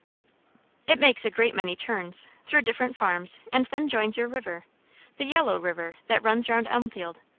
it makes a great many turns, through different farms, and then joins your river the yellow river that runs round elmfield.